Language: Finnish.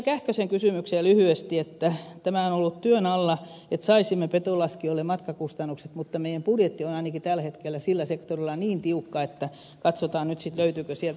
kähkösen kysymykseen lyhyesti että tämä on ollut työn alla että saisimme petolaskijoille matkakustannukset mutta meidän budjettimme on ainakin tällä hetkellä sillä sektorilla niin tiukka että katsotaan nyt sitten löytyykö sieltä